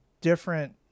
different